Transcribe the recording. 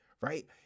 right